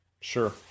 Sure